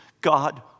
God